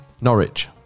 Norwich